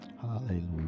Hallelujah